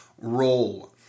roll